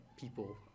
people